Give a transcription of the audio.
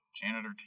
Janitor